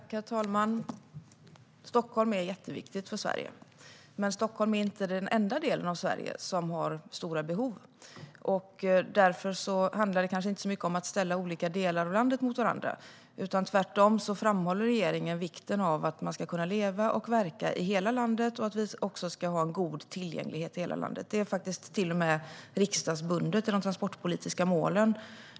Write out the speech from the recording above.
Herr talman! Stockholm är jätteviktigt för Sverige, men Stockholm är inte den enda delen av Sverige som har stora behov. Därför handlar det kanske inte så mycket om att ställa olika delar av landet mot varandra. Tvärtom framhåller regeringen vikten av att man ska kunna leva och verka i hela landet och att vi ska ha god tillgänglighet i hela landet. Det är till och med riksdagsbundet i de transportpolitiska målen.